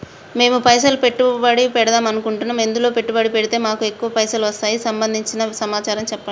మేము పైసలు పెట్టుబడి పెడదాం అనుకుంటే ఎందులో పెట్టుబడి పెడితే మాకు ఎక్కువ పైసలు వస్తాయి సంబంధించిన సమాచారం చెప్పండి?